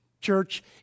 church